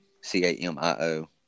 C-A-M-I-O